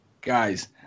Guys